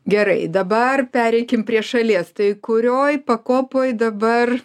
gerai dabar pereikim prie šalies tai kurioj pakopoj dabar